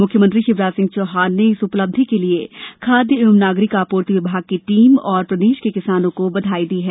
मुख्यमंत्री शिवराज सिंह चौहान ने इस उपलब्धि के लिये खाद्य एवं नागरिक आपूर्ति विभाग की टीम और प्रदेश के किसानों को बधाई दी है